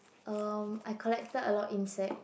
erm I collected a lot insects